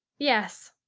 yes,